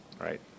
Right